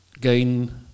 gain